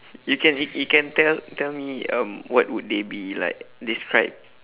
you can y~ you can tell tell me um what would they be like describe